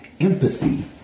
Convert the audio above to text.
empathy